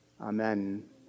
Amen